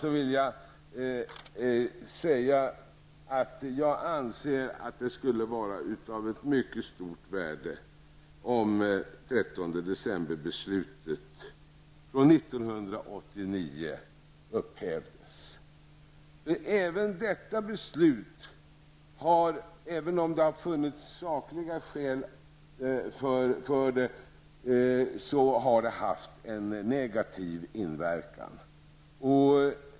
Jag vill till sist säga att jag anser att det skulle vara av mycket stort värde om det beslut som fattades den 13 december 1989 upphävdes. Även om det funnits sakliga skäl för det, har beslutet haft en negativ inverkan.